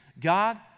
God